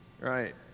right